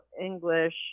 English